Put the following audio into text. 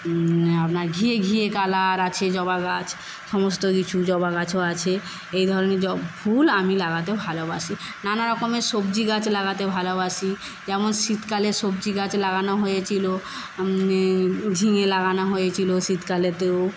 আপনার ঘিয়ে ঘিয়ে কালার আছে জবা গাছ সমস্ত কিছু জবা গাছও আছে এই ধরণের ফুল আমি লাগাতে ভালোবাসি নানা রকমের সবজি গাছ লাগাতে ভালোবাসি যেমন শীতকালে সবজি গাছ লাগানো হয়েছিল ঝিঙে লাগানো হয়েছিল শীতকালেতেও